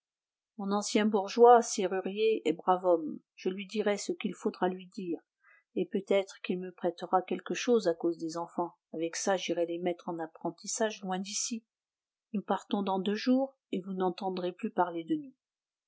mon ancien bourgeois serrurier est brave homme je lui dirai ce qu'il faudra lui dire et peut-être qu'il me prêtera quelque chose à cause des enfants avec ça j'irai les mettre en apprentissage loin d'ici nous partons dans deux jours et vous n'entendrez plus parler de nous